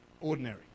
ordinary